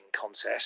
contest